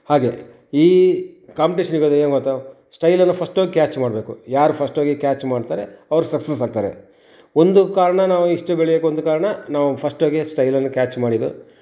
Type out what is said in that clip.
ಹಾಗೆ ಈ ಕಾಂಪ್ಟೇಷನ್ ಯುಗದಲ್ಲಿ ಏನು ಗೊತ್ತ ಸ್ಟೈಲನ್ನು ಫಸ್ಟ್ ಹೋಗಿ ಕ್ಯಾಚ್ ಮಾಡಬೇಕು ಯಾರು ಫಸ್ಟ್ ಹೋಗಿ ಕ್ಯಾಚ್ ಮಾಡ್ತಾರೆ ಅವ್ರು ಸಕ್ಸಸ್ ಆಗ್ತಾರೆ ಒಂದು ಕಾರಣ ನಾವು ಇಷ್ಟು ಬೆಳೆಯೋಕೆ ಒಂದು ಕಾರಣ ನಾವು ಫಸ್ಟ್ ಹೋಗಿ ಸ್ಟೈಲನ್ನು ಕ್ಯಾಚ್ ಮಾಡಿದ್ದು